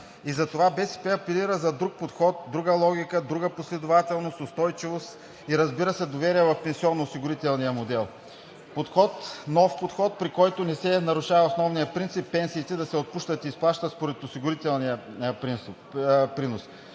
Затова БСП апелира за друг подход, друга логика, друга последователност, устойчивост и, разбира се, доверие в пенсионноосигурителния модел. Нов подход, при който не се нарушава основният принцип пенсиите да се отпущат и изплащат според осигурителния принос.